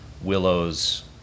willows